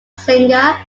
singer